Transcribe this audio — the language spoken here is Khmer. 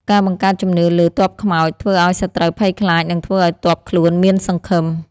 ការបង្កើតជំនឿលើ «ទ័ពខ្មោច» ធ្វើឱ្យសត្រូវភ័យខ្លាច និងធ្វើឱ្យទ័ពខ្លួនមានសង្ឃឹម។